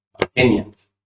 opinions